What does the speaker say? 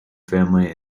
family